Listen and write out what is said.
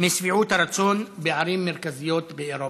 משביעות הרצון בערים מרכזיות באירופה.